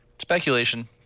Speculation